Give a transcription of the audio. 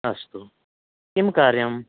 अस्तु किं कार्यं